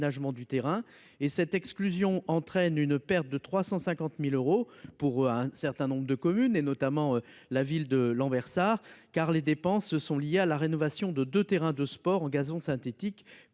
du terrain et cette exclusion entraîne une perte de 350.000 euros pour un certain nombre de communes et notamment la ville de Lambersart, car les dépenses sont liées à la rénovation de de terrains de sport en gazon synthétique